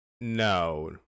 No